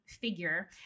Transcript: figure